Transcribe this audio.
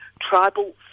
tribal